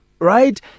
right